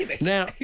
Now